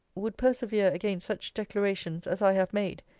would persevere against such declarations as i have made,